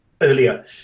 earlier